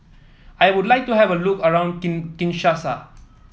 I would like to have a look around King Kinshasa